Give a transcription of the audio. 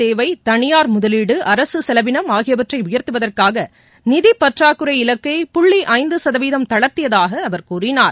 தேவை தனியார் முதலீடு அரசு செலவினம் ஆகியவற்றை உயர்த்துவதற்காக நுகர்வு நிதிப்பற்றாக்குறை இலக்கை புள்ளி ஐந்து சதவீதம் தளர்த்தியதாக அவர் கூறினார்